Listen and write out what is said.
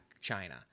China